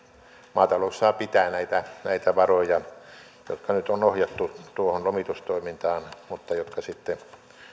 maatalous saa pitää näitä näitä varoja jotka nyt on ohjattu tuohon lomitustoimintaan mutta jotka sitten